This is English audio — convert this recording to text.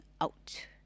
out